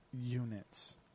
units